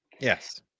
Yes